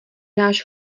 náš